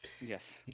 Yes